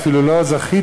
ואפילו לא זכיתי,